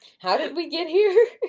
how did we get here?